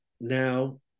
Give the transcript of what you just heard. now